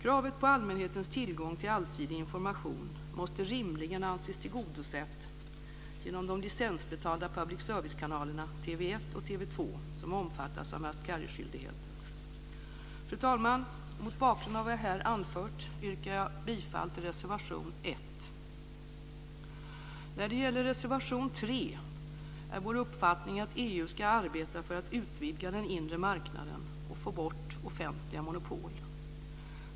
Kravet på allmänhetens tillgång till allsidig information måste rimligen anses tillgodosett genom att de licensbetalda public service-kanalerna TV 1 och Fru talman! Mot bakgrund av vad jag här har anfört yrkar jag bifall till reservation 1. När det gäller reservation 3 är vår uppfattning att EU ska arbeta för att utvidga den inre marknaden och för att få bort offentliga monopol.